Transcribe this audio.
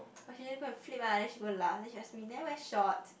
but then she go and flip lah then she go laugh then she ask me never wear short